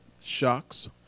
shocks